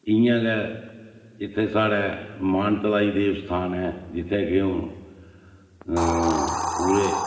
इ'यां गै इत्थें साढ़ै मानतलाई देव स्थान ऐ जित्थें कि हून पूरे